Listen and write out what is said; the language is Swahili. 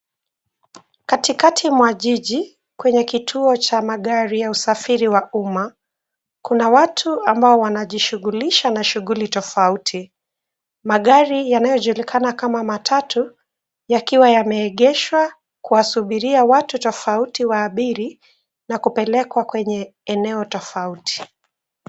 Katikati mwa jiji, kwenye kituo cha magari ya usafiri wa umma, kuna watu ambao wanajishughulisha na shughuli tofauti. Magari yanayojulikana kama matatu yakiwa yameegeshwa kuwasubiiria watu tofauti waabiri na kupelekwa kwenye eneo tofauti.